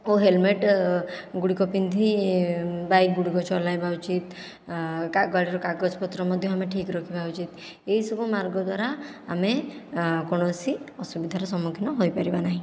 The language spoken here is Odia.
ଓ ହେଲମେଟ୍ ଗୁଡ଼ିକ ପିନ୍ଧି ବାଇକ୍ଗୁଡ଼ିକ ଚଳାଇବା ଉଚିତ୍ ଗାଡ଼ିର କାଗଜ ପତ୍ର ମଧ୍ୟ ଆମେ ଠିକ୍ ରଖିବା ଉଚିତ୍ ଏହି ସବୁ ମାର୍ଗ ଦ୍ୱାରା ଆମେ କୌଣସି ଅସୁବିଧାର ସମ୍ମୁଖୀନ ହୋଇପାରିବା ନାହିଁ